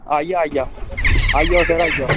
आई आई जाओ आई जाओ सर आई जाओ